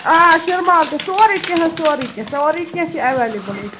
آ شِرمال تہِ سورُے کیٚنٛہہ حظ سورُے کیٚنٛہہ سورُے کیٚنٛہہ چھُ ایٚویلیبُل ییٚتہِ